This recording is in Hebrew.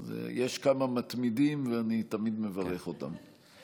יש כמה מתמידים, ואני תמיד מברך אותם.